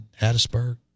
Hattiesburg